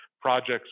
projects